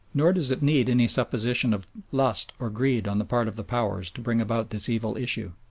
nor does it need any supposition of lust or greed on the part of the powers to bring about this evil issue.